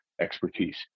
expertise